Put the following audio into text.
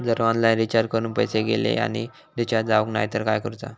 जर online recharge करून पैसे गेले आणि रिचार्ज जावक नाय तर काय करूचा?